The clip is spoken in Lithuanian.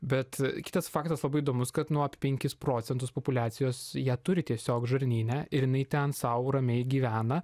bet kitas faktas labai įdomus kad nuo penkis procentus populiacijos ją turi tiesiog žarnyne ir jinai ten sau ramiai gyvena